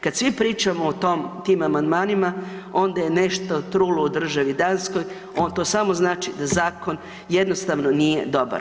Kad svi pričamo o tim amandmanima, onda je nešto trulo u državi Danskoj, to samo znači da zakon jednostavno nije dobar.